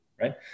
right